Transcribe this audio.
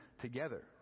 together